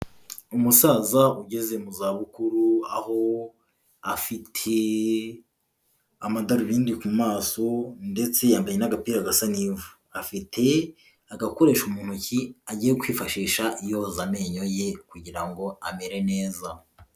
Umusaza ugeze mu zabukuru aho afite amadarubindi ku maso ndetse yambaye n'agapira gasa n'ivu, afite agakoresho mu ntoki agiye kwifashisha yoza amenyo ye kugira ngo amere neza.